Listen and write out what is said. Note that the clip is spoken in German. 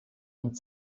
und